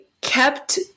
kept